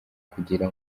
kugira